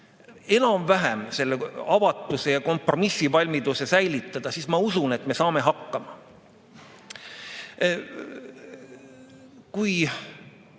enam-vähem selle avatuse ja kompromissivalmiduse säilitada, siis ma usun, et me saame hakkama. Nüüd